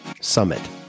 summit